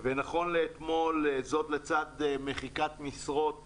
ונכון לאתמול, זאת לצד מחיקת משרות מהמשק,